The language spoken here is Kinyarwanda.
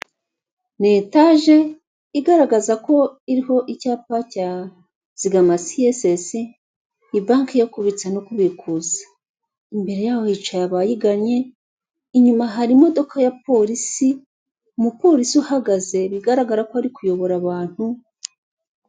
Ni etaje igaragaza ko iriho icyapa cya zigama siyesesi ni banke yo kubitsa no kubikuza imbere yaho hicaye abayigannye, inyuma hari imodoka ya polisi, umupolisi uhagaze bigaragara ko ari kuyobora abantu.